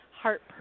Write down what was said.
heart